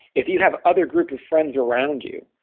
if you have other group of friends around you,